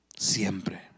Siempre